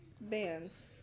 bands